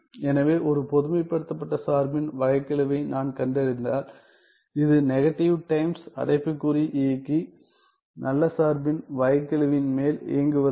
எனவே ஒரு பொதுமைப்படுத்தப்பட்ட சார்பின் வகைக்கெழுவை நான் கண்டறிந்தால் இது நெகட்டிவ் டைம்ஸ் அடைப்புக்குறி இயக்கி நல்ல சார்பின் வகைக்கெழுவின் மேல் இயங்குவதாகும்